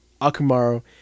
Akamaru